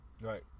Right